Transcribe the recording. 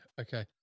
Okay